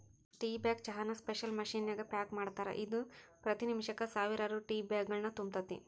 tea bag ಚಹಾನ special machine ನ್ಯಾಗ pack ಮಾಡ್ತಾರ, ಇದು ಪ್ರತಿ ನಿಮಿಷಕ್ಕ ಸಾವಿರಾರು ಟೇಬ್ಯಾಗ್ಗಳನ್ನು ತುಂಬತೇತಿ